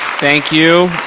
thank you.